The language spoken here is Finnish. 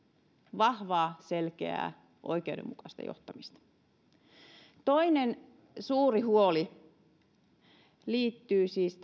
vahvaa selkeää oikeudenmukaista johtamista toinen suuri huoli liittyy siis